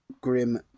Grim